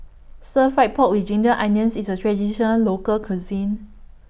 Stir Fried Pork with Ginger Onions IS A Traditional Local Cuisine